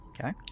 Okay